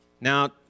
Now